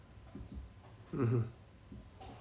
mmhmm